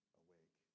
awake